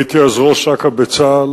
הייתי אז ראש אכ"א בצה"ל.